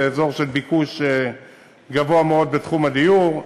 זה אזור של ביקוש גדול מאוד בתחום הדיור,